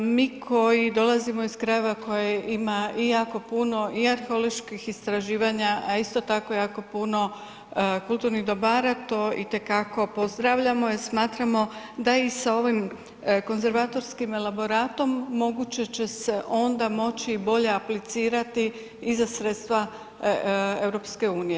Mi koji dolazimo iz krajeva koji ima i jako puno i arheoloških istraživanja, a isto tako jako puno kulturnih dobara to itekako pozdravljamo jer smatramo da i sa ovim konzervatorskim elaboratom moguće će se onda moći bolje aplicirati i za sredstva EU.